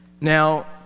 Now